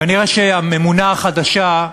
כנראה הממונה החדשה,